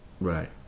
right